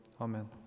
Amen